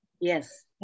Yes